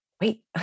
wait